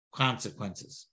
consequences